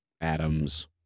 Adams